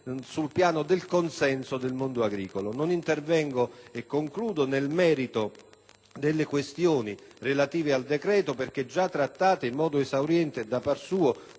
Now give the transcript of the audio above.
sul piano del consenso del mondo agricolo. Non intervengo, e concludo, nel merito delle questioni relative al decreto perché già trattate in modo esauriente da par suo